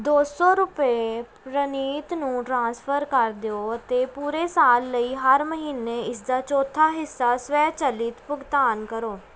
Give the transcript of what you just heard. ਦੋ ਸੌ ਰੁਪਏ ਪ੍ਰਨੀਤ ਨੂੰ ਟ੍ਰਾਂਸਫਰ ਕਰ ਦਿਓ ਅਤੇ ਪੂਰੇ ਸਾਲ ਲਈ ਹਰ ਮਹੀਨੇ ਇਸਦਾ ਚੌਥਾ ਹਿੱਸਾ ਸਵੈਚਲਿਤ ਭੁਗਤਾਨ ਕਰੋ